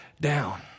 down